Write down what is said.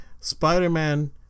Spider-Man